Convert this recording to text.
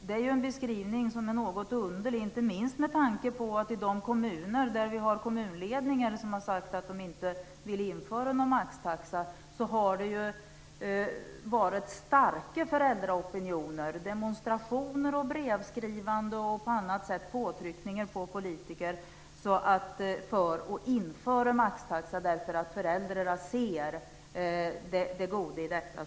Det är en beskrivning som är något underlig, inte minst med tanke på att det i de kommuner där man har kommunledningar som har sagt att de inte vill införa någon maxtaxa har varit starka föräldraopinioner - demonstrationer, brevskrivande och andra påtryckningar på politiker - för att maxtaxa ska införas, därför att föräldrarna ser det goda i detta.